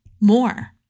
more